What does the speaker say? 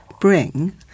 bring